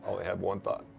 i only have one thought.